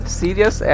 serious